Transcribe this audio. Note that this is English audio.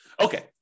Okay